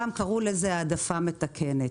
פעם קראו לזה העדפה מתקנת.